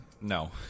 no